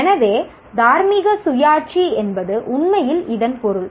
எனவே தார்மீக சுயாட்சி என்பது உண்மையில் இதன் பொருள்